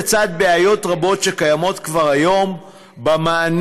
לצד בעיות רבות שקיימות כבר היום במענה